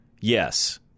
yes